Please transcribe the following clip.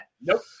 Nope